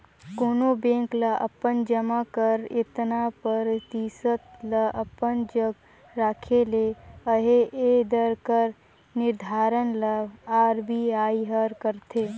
कोनो बेंक ल अपन जमा कर एतना परतिसत ल अपन जग राखे ले अहे ए दर कर निरधारन ल आर.बी.आई हर करथे